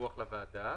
דיווח לוועדה.